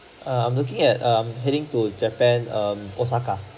err I'm looking at um I'm heading to japan um osaka